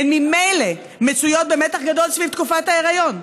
הן ממילא מצויות במתח גדול סביב תקופת ההיריון,